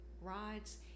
rides –